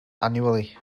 annually